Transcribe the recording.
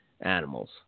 animals